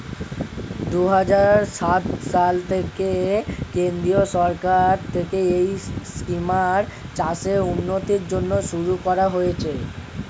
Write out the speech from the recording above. দুহাজার সাত সালে কেন্দ্রীয় সরকার থেকে এই স্কিমটা চাষের উন্নতির জন্য শুরু করা হয়েছিল